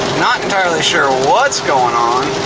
not entirely sure what's going on